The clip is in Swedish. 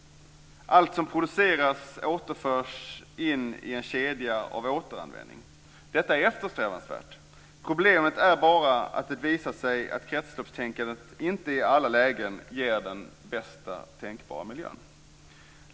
Allt som produceras återförs in i en kedja av återanvändning. Detta är eftersträvansvärt. Problemet är bara att det visat sig att kretsloppstänkandet inte i alla lägen ger den bästa tänkbara miljön.